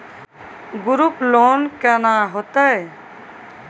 Group loan केना होतै?